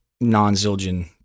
non-Zildjian